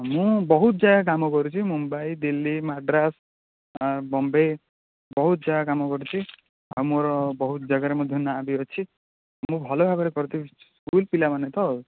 ମୁଁ ବହୁତ ଜାଗା କାମ କରିଛି ମୁମ୍ବାଇ ଦିଲ୍ଲୀ ମାଡ଼୍ରାସ ବମ୍ବେ ବହୁତ ଜାଗାରେ କାମ କରିଛି ଆଉ ମୋର ବହୁତ ଜାଗାରେ ମଧ୍ୟ ନାଁ ବି ଅଛି ମୁଁ ଭଲ ଭାବରେ କରି ଦେବି ସ୍କୁଲ ପିଲାମାନେ ତ